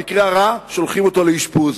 במקרה הרע שולחים אותו לאשפוז.